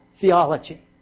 theology